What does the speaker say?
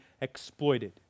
exploited